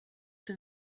zur